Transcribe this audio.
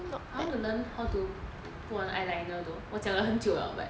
I want to learn how to put on eyeliner though 我讲了很久了